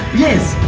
yes!